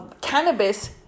cannabis